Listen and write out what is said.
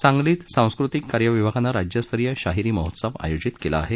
सांगलीत सांस्कृतिक कार्य विभागानं राज्यस्तरीय शाहिरी महोत्सव आयोजित केला आहे